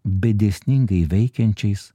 bei dėsningai veikiančiais